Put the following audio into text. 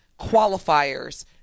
qualifiers